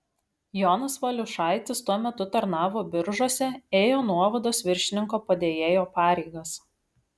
jonas valiušaitis tuo metu tarnavo biržuose ėjo nuovados viršininko padėjėjo pareigas